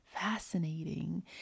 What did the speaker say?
fascinating